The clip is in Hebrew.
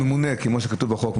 אם הממונה כמו שכתוב בחוק,